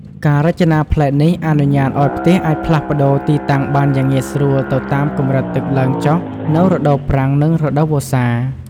ការរចនាប្លែកនេះអនុញ្ញាតឲ្យផ្ទះអាចផ្លាស់ប្ដូរទីតាំងបានយ៉ាងងាយស្រួលទៅតាមកម្រិតទឹកឡើងចុះនៅរដូវប្រាំង និងរដូវវស្សា។